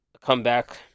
comeback